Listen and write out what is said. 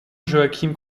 joaquim